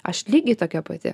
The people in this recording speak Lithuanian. aš lygiai tokia pati